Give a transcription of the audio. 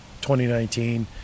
2019